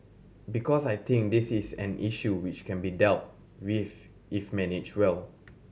because I think this is an issue which can be dealt with if managed well